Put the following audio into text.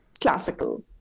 classical